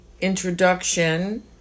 introduction